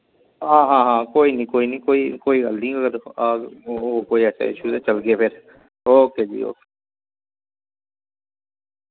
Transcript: आं हा कोई निं कोई निं कोई गल्ल निं कोई ऐसा इश्यू होया ते चलगे फिर ओके जी ओके